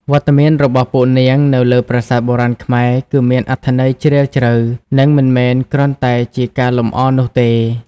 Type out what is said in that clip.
វត្តមានរបស់ពួកនាងនៅលើប្រាសាទបុរាណខ្មែរ គឺមានអត្ថន័យជ្រាលជ្រៅ និងមិនមែនគ្រាន់តែជាការលម្អនោះទេ។